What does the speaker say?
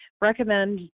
recommend